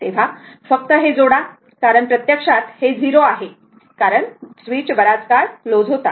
तर फक्त हे जोडा कारण प्रत्यक्षात हे 0 आहे कारण स्विच बराच काळ क्लोज होता